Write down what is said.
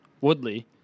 Woodley